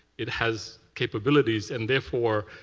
it has capabilities and, therefore,